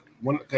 one